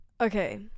Okay